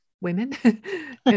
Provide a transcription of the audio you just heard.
women